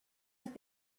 have